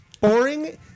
boring